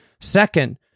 Second